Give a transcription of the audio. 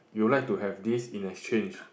you would like to have this in exchange